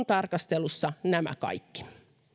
tarkastelussa nämä kaikki